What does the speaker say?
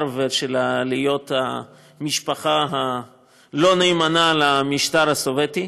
ושל להיות משפחה לא נאמנה למשטר הסובייטי.